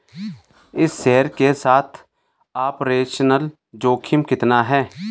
इस शेयर के साथ ऑपरेशनल जोखिम कितना है?